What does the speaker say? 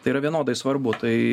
tai yra vienodai svarbu tai